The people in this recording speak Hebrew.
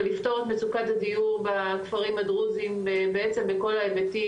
ולפתור את מצוקת הדיור בכפרים הדרוזיים בעצם בכל ההיבטים,